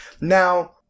Now